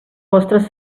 vostres